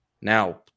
Now